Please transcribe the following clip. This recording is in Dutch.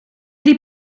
die